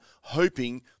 hoping